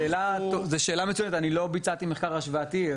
זו שאלה מצוינת, אני לא ביצעתי מחקר השוואתי.